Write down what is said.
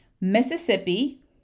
Mississippi